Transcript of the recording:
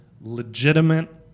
legitimate